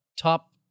top